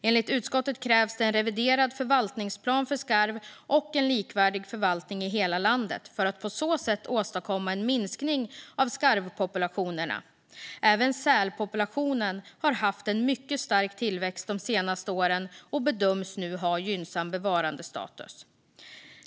Enligt utskottet krävs det en reviderad förvaltningsplan för skarv och en likvärdig förvaltning i hela landet för att åstadkomma en minskning av skarvpopulationerna. Även sälpopulationen har haft en mycket stark tillväxt de senaste åren och bedöms nu ha gynnsam bevarandestatus.